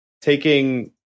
Taking